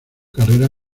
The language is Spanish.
carrera